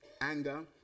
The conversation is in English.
anger